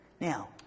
Now